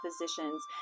physicians